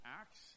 Acts